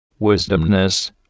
wisdomness